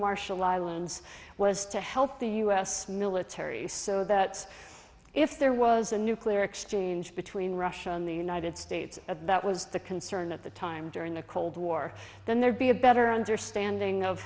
marshall islands was to help the u s military so that if there was a nuclear exchange between russia and the united states that was the concern at the time during the cold war then there'd be a better understanding of